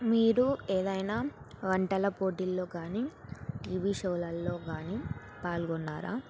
మీరు ఏదైనా వంటల పోటీల్లో కానీ టీవీ షోలల్లో కానీ పాల్గొన్నారా